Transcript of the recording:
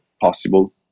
possible